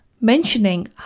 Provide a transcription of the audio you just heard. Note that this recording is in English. mentioning